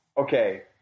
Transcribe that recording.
Okay